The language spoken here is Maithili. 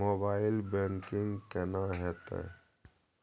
मोबाइल बैंकिंग केना हेते?